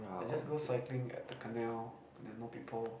I just go cycling at the canal there are no people